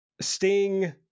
sting